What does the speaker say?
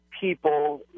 people